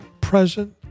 present